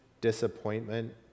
disappointment